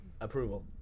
approval